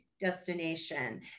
destination